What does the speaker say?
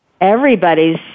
everybody's